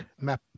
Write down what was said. map